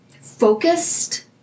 focused